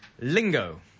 Lingo